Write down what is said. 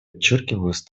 подчеркивалась